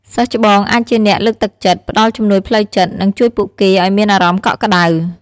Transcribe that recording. សិស្សច្បងអាចជាអ្នក លើកទឹកចិត្ត ផ្តល់ជំនួយផ្លូវចិត្ត និងជួយពួកគេឲ្យមានអារម្មណ៍កក់ក្តៅ។